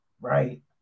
right